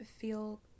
feel